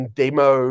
demo